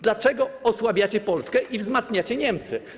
Dlaczego osłabiacie Polskę i wzmacniacie Niemcy?